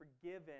forgiven